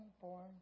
born